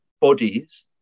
bodies